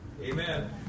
Amen